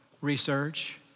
research